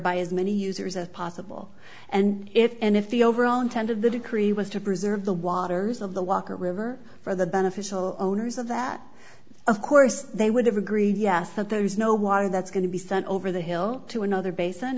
by as many users as possible and if and if the overall intent of the decree was to preserve the waters of the walker river for the beneficial owners of that of course they would have agreed yes that there is no water that's going to be sent over the hill to another basin